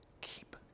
keep